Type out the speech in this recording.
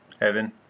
Evan